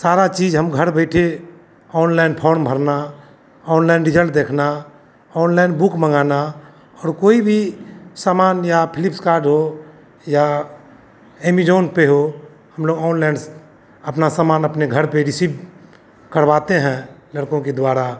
सारा चीज हम घर बैठे ओनलाइन फॉर्म भरना ओनलाइन रिजल्ट देखना ओनलाइन बुक मंगाना और कोई भी समान या फ्लिसकार्ट हो या एमेजॉन पे हो हम लोग ऑनलाइन अपना समान अपने घर पे रिसीव करवाते हैं लड़कों के द्वारा